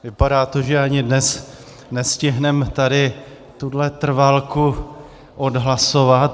Vypadá to, že ani dnes nestihneme tady tuhle trvalku odhlasovat.